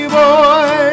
boy